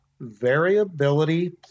variability